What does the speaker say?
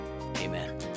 amen